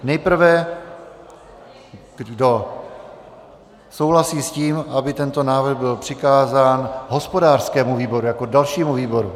Nejprve kdo souhlasí s tím, aby tento návrh byl přikázán hospodářskému výboru jako dalšímu výboru.